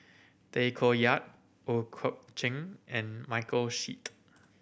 Tay Koh Yat Ooi Kok Chuen and Michael Seet